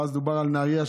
ואז דובר על נהריה,